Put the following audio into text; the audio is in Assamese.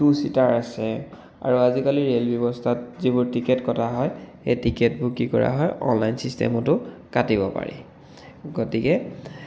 টু চীটাৰ আছে আৰু আজিকালি ৰে'ল ব্যৱস্থাত যিবোৰ টিকেট কটা হয় সেই টিকেটবোৰ কি কৰা হয় অনলাইন চিষ্টেমতো কাটিব পাৰি গতিকে